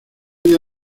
día